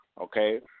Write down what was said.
okay